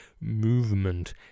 movement